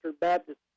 Baptist